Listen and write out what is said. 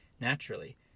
naturally